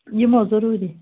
یِمو ضروٗری